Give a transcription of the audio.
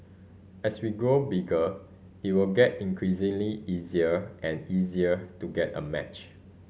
as we grow bigger it will get increasingly easier and easier to get a match